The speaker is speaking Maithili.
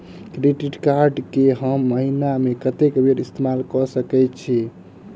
क्रेडिट कार्ड कऽ हम महीना मे कत्तेक बेर इस्तेमाल कऽ सकय छी?